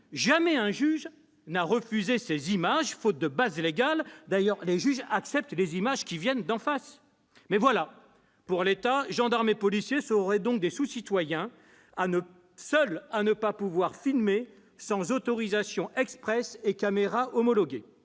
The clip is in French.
Jamais un juge n'a refusé ces images au motif de l'absence de base légale ; d'ailleurs, les juges acceptent les images prises par la partie adverse. Mais voilà, pour l'État, gendarmes et policiers seraient des sous-citoyens, seuls à ne pas pouvoir filmer sans autorisation expresse et caméra homologuée.